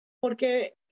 porque